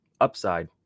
upside